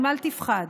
אל תפחד.